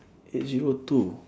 eight zero two